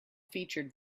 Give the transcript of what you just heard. featured